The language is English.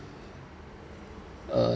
uh